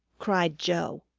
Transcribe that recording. cried joe.